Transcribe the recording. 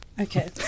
Okay